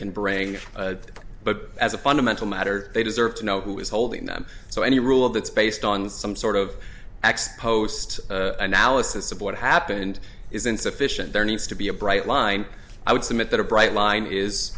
can bring but as a fundamental matter they deserve to know who is holding them so any rule that's based on some sort of ex post analysis of what happened is insufficient there needs to be a bright line i would submit that a bright line is